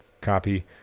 copy